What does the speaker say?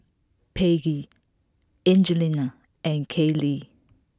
Paige Angelina and Kayley